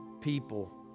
people